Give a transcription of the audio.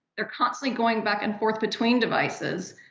they're constantly going back and forth between devices.